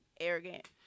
arrogant